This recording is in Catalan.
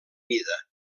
mida